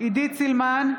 עידית סילמן,